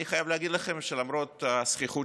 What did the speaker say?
אני חייב להגיד לכם שלמרות הזחיחות